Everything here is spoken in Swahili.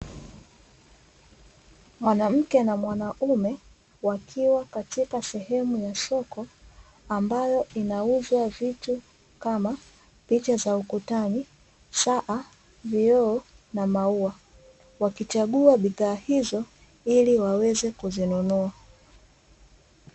Mwanamke na mwanaume wakiwa katika sehemu ya soko ambayo inauzwa vitu kama picha za ukutani, saa, vioo, na maua, wakichagua bidhaa hizo ili waweze kuzinunua.